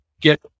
get